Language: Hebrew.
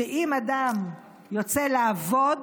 שאם אדם יוצא לעבוד,